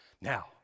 Now